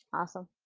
awesome.